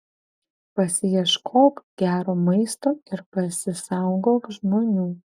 pasiieškok gero maisto ir pasisaugok žmonių